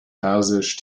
persisch